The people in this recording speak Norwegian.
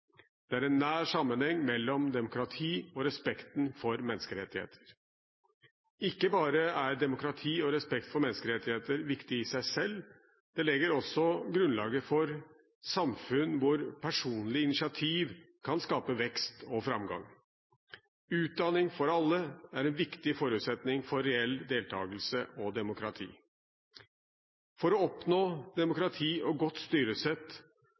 Det er en nær sammenheng mellom demokrati og respekten for menneskerettigheter. Ikke bare er demokrati og respekt for menneskerettigheter viktig i seg selv; det legger også grunnlaget for samfunn hvor personlig initiativ kan skape vekst og framgang. Utdanning for alle er en viktig forutsetning for reell deltagelse og demokrati. For å oppnå demokrati og godt styresett